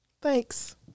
Thanks